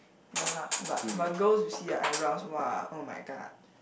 ya lah but but girls you see ah eyebrows !wah! [oh]-my-god